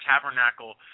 tabernacle